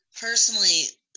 personally